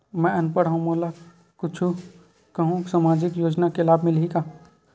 मैं अनपढ़ हाव मोला कुछ कहूं सामाजिक योजना के लाभ मिलही का?